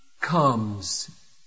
comes